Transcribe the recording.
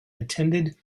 attended